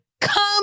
come